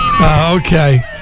Okay